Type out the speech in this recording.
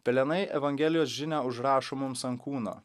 pelenai evangelijos žinią užrašo mums ant kūno